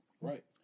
Right